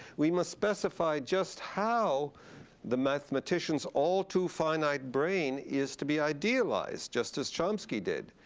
we must specify just how the mathematicians all too finite brain is to be idealized, just as chomsky did.